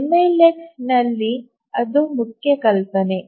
ಎಂಎಲ್ಎಫ್ನಲ್ಲಿ ಅದು ಮುಖ್ಯ ಕಲ್ಪನೆ